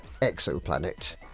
exoplanet